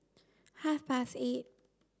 half past eight